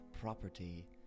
property